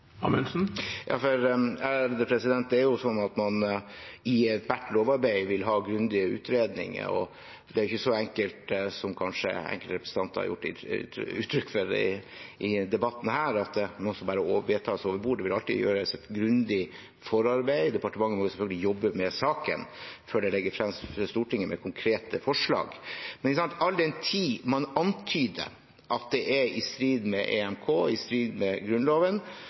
Det er jo sånn at man i ethvert lovarbeid vil ha grundige utredninger, og det er ikke så enkelt som enkelte representanter har gitt uttrykk for i debatten her, at dette er noe som bare vedtas over bordet. Det vil alltid gjøres grundig forarbeid, departementet må selvfølgelig jobbe med saken før det legges frem for Stortinget med konkrete forslag. Men all den tid man antyder at det er i strid med EMK og i strid med Grunnloven,